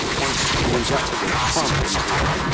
once you inject the word trump into it,